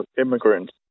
immigrants